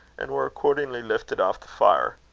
and were accordingly lifted off the fire.